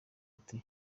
ati